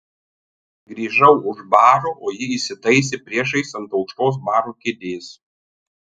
grįžau už baro o ji įsitaisė priešais ant aukštos baro kėdės